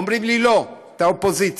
אומרים לי: לא, אתה אופוזיציה.